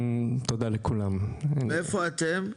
מאיפה אתם?